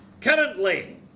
Currently